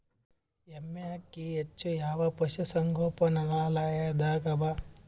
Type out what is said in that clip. ಎಮ್ಮೆ ಅಕ್ಕಿ ಹೆಚ್ಚು ಯಾವ ಪಶುಸಂಗೋಪನಾಲಯದಾಗ ಅವಾ?